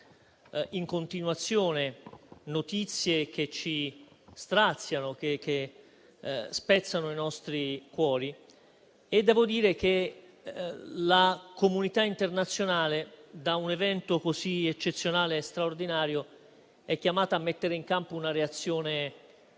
in continuazione notizie che ci straziano e che spezzano i nostri cuori. La comunità internazionale, di fronte a un evento così eccezionale e straordinario, è chiamata a mettere in campo una reazione adeguata